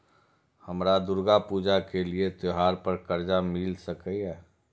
हमरा दुर्गा पूजा के लिए त्योहार पर कर्जा मिल सकय?